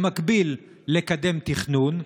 במקביל לקדם תכנון,